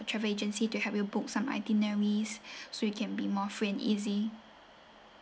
travel agency to help you book some itineraries so you can be more free and easy